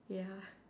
ya